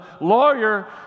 lawyer